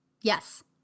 Yes